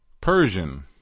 Persian